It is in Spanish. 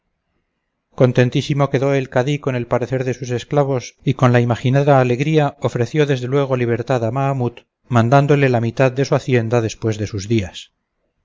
contentísimo quedó el cadí con el parecer de sus esclavos y con la imaginada alegría ofreció desde luego libertad a mahamut mandándole la mitad de su hacienda después de sus días